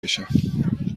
بشم